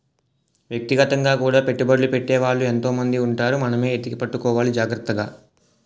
వ్యక్తిగతంగా కూడా పెట్టుబడ్లు పెట్టే వాళ్ళు ఎంతో మంది ఉంటారు మనమే ఎతికి పట్టుకోవాలి జాగ్రత్తగా